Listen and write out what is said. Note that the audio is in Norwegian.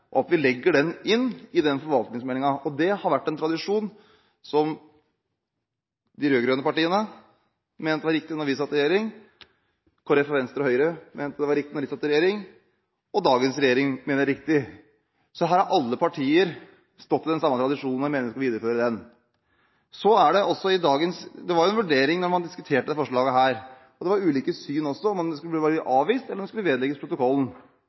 at vi legger den inn i forbindelse med forvaltningsmeldingen. Det har vært en tradisjon som de rød-grønne partiene mente var riktig da vi satt i regjering, som Kristelig Folkeparti, Venstre og Høyre mente var riktig da de satt i regjering, og som dagens regjering mener er riktig. Så her har alle partier stått i den samme tradisjonen, og jeg mener vi skal videreføre den. Det var en vurdering da man diskuterte dette forslaget – og det var ulike syn også – om det skulle avvises eller vedlegges protokollen. Grunnen til at det vedlegges protokollen,